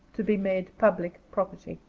to be made public property.